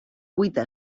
cuita